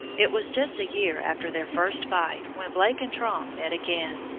it was just a year after their first fight when blake and tromp met again.